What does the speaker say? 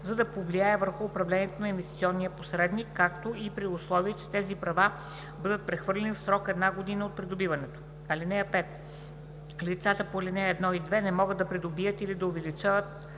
за да се повлияе върху управлението на инвестиционния посредник, както и при условие че тези права бъдат прехвърлени в срок една година от придобиването. (5) Лицата по ал. 1 и 2 не могат да придобият или да увеличат